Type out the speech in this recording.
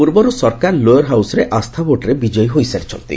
ପୂର୍ବରୁ ସରକାର ଲୋୟର ହାଉସ୍ରେ ଆସ୍ଥା ଭୋଟ୍ରେ ବିଜୟୀ ହୋଇସାରିଛନ୍ତି